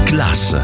Class